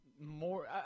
more